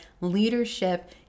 leadership